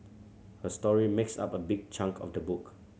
her story makes up a big chunk of the book